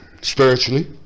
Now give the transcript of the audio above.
spiritually